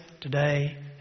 today